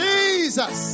Jesus